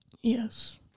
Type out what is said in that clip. Yes